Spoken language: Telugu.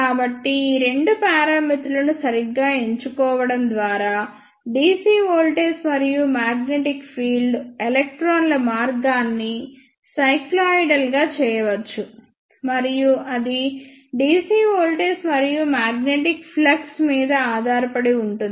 కాబట్టి ఈ రెండు పారామితులను సరిగ్గా ఎంచుకోవడం ద్వారా DC వోల్టేజ్ మరియు మాగ్నెటిక్ ఫీల్డ్ ఎలక్ట్రాన్ల మార్గాన్ని సైక్లోయిడల్ గా చేయవచ్చు మరియు అది DC వోల్టేజ్ మరియు మాగ్నెటిక్ ఫ్లక్స్ మీద ఆధారపడి ఉంటుంది